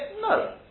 No